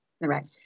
Right